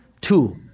two